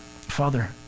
Father